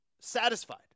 satisfied